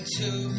two